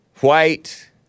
white